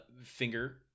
finger